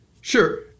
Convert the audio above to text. Sure